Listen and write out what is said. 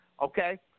Okay